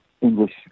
English